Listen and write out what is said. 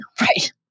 Right